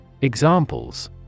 Examples